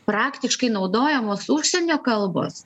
praktiškai naudojamos užsienio kalbos